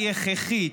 היא הכרחית.